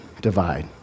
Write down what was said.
divide